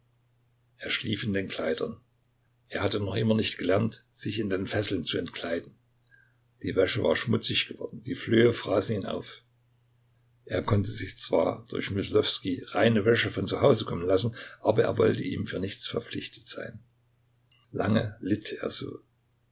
er schlief in den kleidern er hatte noch immer nicht gelernt sich in den fesseln zu entkleiden die wäsche war schmutzig geworden die flöhe fraßen ihn auf er konnte sich zwar durch myslowskij reine wäsche von zu hause kommen lassen aber er wollte ihm für nichts verpflichtet sein lange litt er so